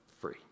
free